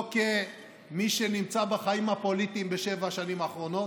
לא כמי שנמצא בחיים הפוליטיים בשבע השנים האחרונות,